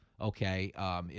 Okay